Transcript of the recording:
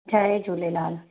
Jay Jhulelal